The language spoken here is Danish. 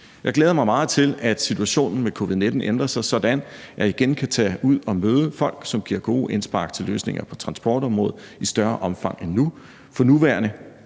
Jeg glæder mig meget til, at situationen med covid-19 ændrer sig, sådan at jeg igen kan tage ud at møde folk, som giver gode indspark til løsninger på transportområdet, i større omfang end nu. For nuværende